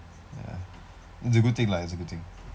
ya it's a good thing lah it's a good thing